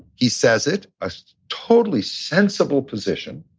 he says it. a totally sensible position.